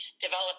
develop